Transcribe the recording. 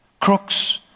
crooks